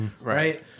Right